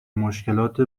مشکلات